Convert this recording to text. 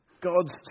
God's